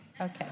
Okay